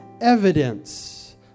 evidence